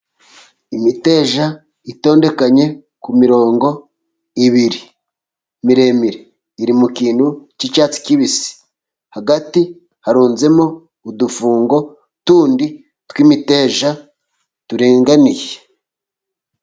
Imiteja itondekanye ku mirongo ibiri miremire. Iri mu kintu k'icyatsi kibisi. Hagati harunzemo udufungo tundi tw'imiteja turinganiye.